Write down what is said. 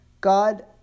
God